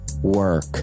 Work